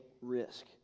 risk